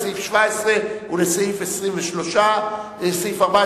לסעיף 17 ולסעיף 23 אשר הונח על שולחנכם.